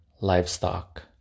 livestock